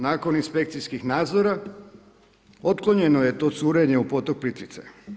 Nakon inspekcijskih nadzora otklonjeno je to curenje u potok Plitvice.